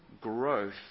growth